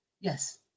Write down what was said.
yes